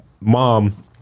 mom